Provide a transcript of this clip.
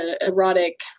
erotic